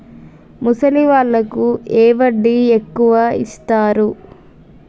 ముసలి వాళ్ళకు ఏ వడ్డీ ఎక్కువ ఇస్తారు?